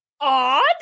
odd